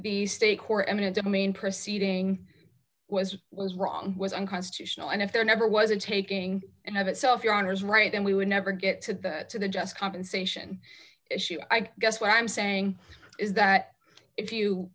the stake or eminent domain proceeding was was wrong was unconstitutional and if there never was a taking and have itself your honour's right then we would never get to go to the just compensation issue i guess what i'm saying is that if you